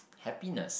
happiness